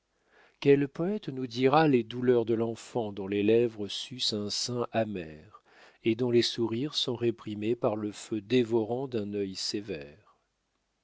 quel poète nous dira les douleurs de l'enfant dont les lèvres sucent un sein amer et dont les sourires sont réprimés par le feu dévorant d'un œil sévère